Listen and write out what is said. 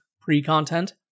pre-content